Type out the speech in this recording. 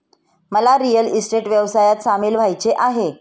मला real estate व्यवसायात सामील व्हायचे आहे